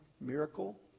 miracle